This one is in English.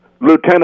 Lieutenant